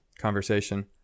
conversation